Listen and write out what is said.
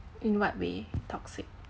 in what way toxic